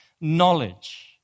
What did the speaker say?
knowledge